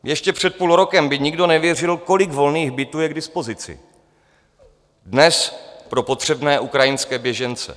Ještě před půl rokem by nikdo nevěřil, kolik volných bytů je k dispozici dnes pro potřebné ukrajinské běžence.